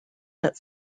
that